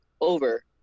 over